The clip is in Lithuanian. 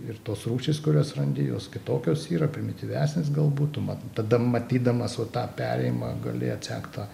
ir tos rūšys kurias randi jos kitokios yra primityvesnės galbūt tu man tada matydamas va tą perėjimą gali atsekt tą